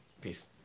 Peace